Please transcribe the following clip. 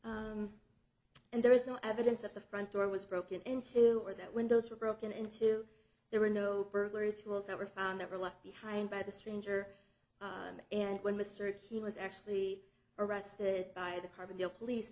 like and there is no evidence of the front door was broken into or that windows were broken into there were no burglary tools that were found that were left behind by the stranger and when mr he was actually arrested by the carbondale